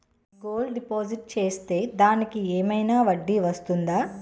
Gold deposit చేస్తే దానికి ఏమైనా వడ్డీ వస్తుందా?